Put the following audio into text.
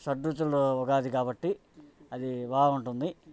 షడ్రుచులు ఉగాది కాబట్టి అది బాగుంటుంది